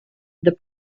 this